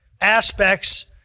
aspects